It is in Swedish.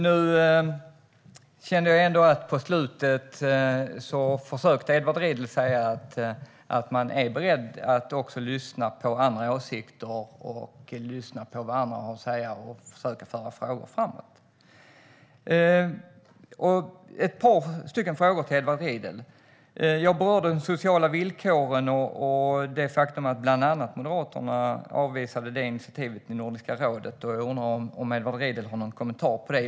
Nu kände jag ändå på slutet att Edward Riedl försökte säga att man är beredd att också lyssna på andra åsikter och på vad andra har att säga och försöka föra frågor framåt. Jag har ett par frågor till Edward Riedl. Det handlar om de sociala villkoren och det faktum att bland annat Moderaterna avvisade detta initiativ i Nordiska rådet. Jag undrar om Edward Riedl har någon kommentar till det.